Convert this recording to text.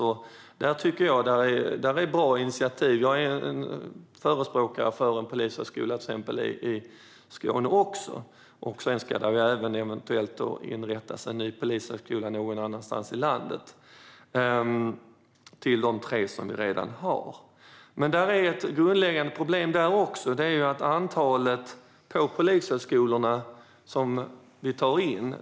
Det är ett bra initiativ. Jag är till exempel förespråkare av en polishögskola i Skåne. Eventuellt ska det även inrättas en ny polishögskola någon annanstans i landet utöver de tre som vi redan har. Men ett grundläggande problem är att det är tomma platser på polishögskolorna.